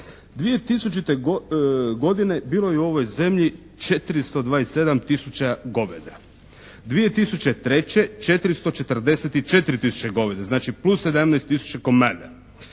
2000. godine bilo je u ovoj zemlji 427 tisuća goveda. 2003. 444 tisuće goveda, znači plus 17 tisuća komada.